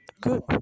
good